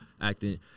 acting